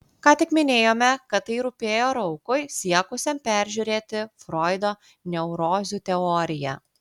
ką tik minėjome kad tai rūpėjo raukui siekusiam peržiūrėti froido neurozių teoriją